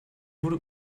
wurde